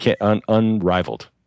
Unrivaled